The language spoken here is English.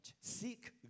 Seek